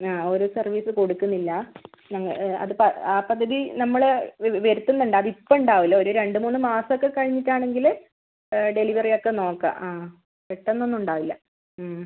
ആ ഒരു സർവീസ് കൊടുക്കുന്നില്ല അത് ആ പദ്ധതി നമ്മൾ വരുത്തുന്നുണ്ട് ഇത് ഇപ്പോൾ ഉണ്ടാവില്ല ഒരു രണ്ട് മൂന്ന് മാസം ഒക്കെ കഴിഞ്ഞിട്ടാണെങ്കിൽ ഡെലിവറി ഒക്കെ നോക്കാം ആ പെട്ടെന്ന് ഒന്നും ഉണ്ടാവില്ല മ്